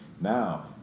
Now